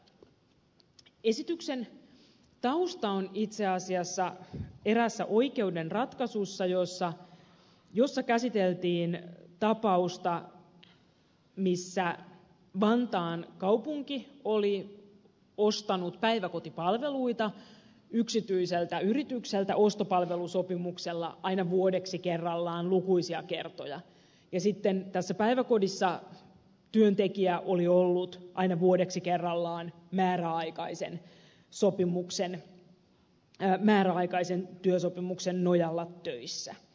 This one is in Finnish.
esityksen tausta on itse asiassa eräässä oikeuden ratkaisussa jossa käsiteltiin tapausta missä vantaan kaupunki oli ostanut päiväkotipalveluita yksityiseltä yritykseltä ostopalvelusopimuksella aina vuodeksi kerrallaan lukuisia kertoja ja sitten tässä päiväkodissa työntekijä oli ollut aina vuodeksi kerrallaan määräaikaisen työsopimuksen nojalla töissä